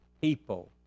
people